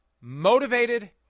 motivated